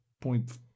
point